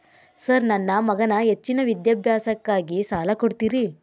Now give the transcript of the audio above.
Sir ನನ್ನ ಮಗನ ಹೆಚ್ಚಿನ ವಿದ್ಯಾಭ್ಯಾಸಕ್ಕಾಗಿ ಸಾಲ ಕೊಡ್ತಿರಿ?